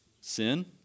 Sin